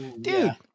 dude